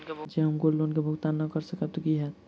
जँ हम gold loan केँ भुगतान न करऽ सकबै तऽ की होत?